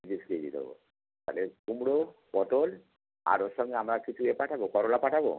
তিরিশ কেজি দেবো তাহলে কুমড়ো পটল আর ওর সঙ্গে আমরা কিছু এ পাঠাবো করলা পাঠাবো